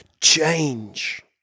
change